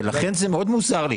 ולכן זה מאוד מוזר לי.